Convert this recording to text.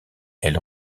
elle